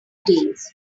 days